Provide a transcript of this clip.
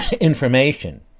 information